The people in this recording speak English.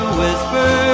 whisper